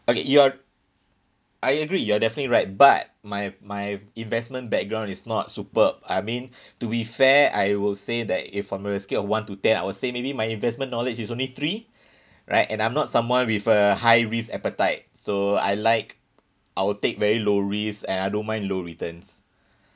okay you're I agree you're definitely right but my my investment background is not superb I mean to be fair I will say that if I'm on a scale of one to ten I would say maybe my investment knowledge is only three right and I'm not someone with a high risk appetite so I like I'll take very low risks and I don't mind low returns